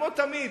כמו תמיד,